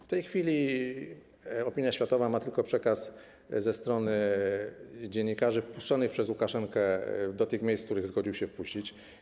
W tej chwili opinia światowa ma tylko przekaz ze strony dziennikarzy wpuszczonych przez Łukaszenkę do tych miejsc, do których zgodził się ich wpuścić.